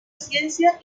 ciencia